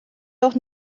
doch